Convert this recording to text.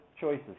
choices